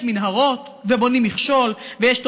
יש מנהרות ובונים מכשול ויש,